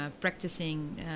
practicing